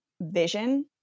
vision